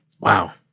Wow